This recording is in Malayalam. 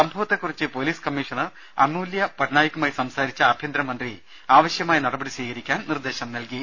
സംഭവത്തെകുറിച്ച് പൊലീസ് കമ്മീഷണർ അമൂല്യ പട് നായിക്കുമായി സംസാരിച്ച ആഭ്യന്തരമന്ത്രി ആവശ്യമായ നടപടി സ്വീക രിക്കാനും നിർദ്ദേശം നൽകി